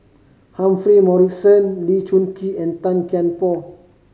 Humphrey Morrison Burkill Lee Choon Kee and Tan Kian Por